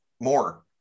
More